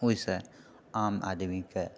ओहिसँ आम आदमीके